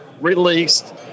released